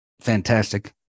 fantastic